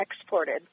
exported